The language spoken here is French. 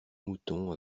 mouton